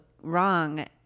wrong